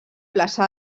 plaça